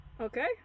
Okay